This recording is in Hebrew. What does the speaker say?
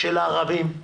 של ערבים,